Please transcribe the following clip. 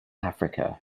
africa